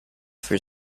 for